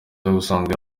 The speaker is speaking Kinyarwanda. ubusanzwe